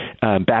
back